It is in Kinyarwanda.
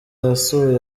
yasuye